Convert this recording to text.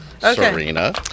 Serena